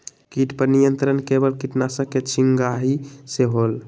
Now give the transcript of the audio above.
किट पर नियंत्रण केवल किटनाशक के छिंगहाई से होल?